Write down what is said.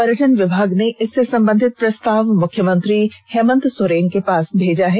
पर्यटन विभाग ने इससे संबंधित प्रस्ताव मुख्यमंत्री हेमंत सोरेन के पास भेजा है